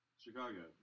Chicago